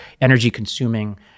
energy-consuming